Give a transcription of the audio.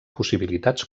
possibilitats